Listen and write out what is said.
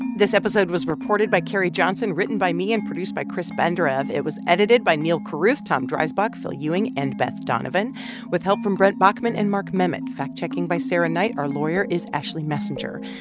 this episode was reported by carrie johnson, written by me and produced by chris benderev. it was edited by neal carruth, tom dreisbach, phil ewing and beth donovan with help from brent bachman and mark memmott. fact-checking by sarah knight. our lawyer is ashley messenger.